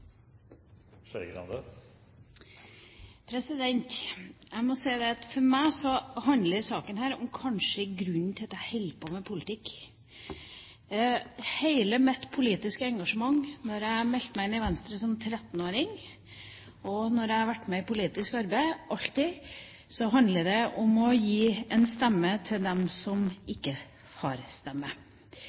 Jeg må si at for meg handler denne saken kanskje om grunnen til at jeg holder på med politikk. Hele mitt politiske engasjement, da jeg meldte meg inn i Venstre som 13-åring og alltid når jeg har vært med i politisk arbeid, handler om å gi en stemme til dem som ikke har en stemme.